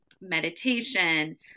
meditation